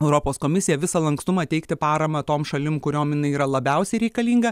europos komisija visą lankstumą teikti paramą tom šalim kuriom yra labiausiai reikalinga